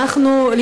לא, יש הרבה.